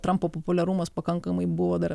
trampo populiarumas pakankamai buvo dar